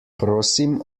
prosim